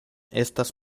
estas